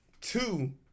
Two